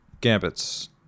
gambits